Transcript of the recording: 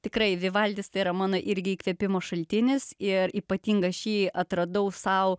tikrai vivaldis tai yra mano irgi įkvėpimo šaltinis ir ypatingą šį atradau sau